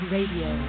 Radio